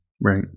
Right